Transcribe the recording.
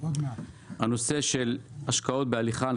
הנושא של השקעות בהליכה,